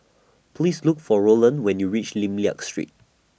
Please Look For Rolland when YOU REACH Lim Liak Street